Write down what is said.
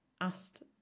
asked